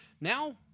Now